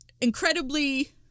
incredibly